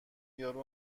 یارو